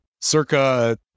circa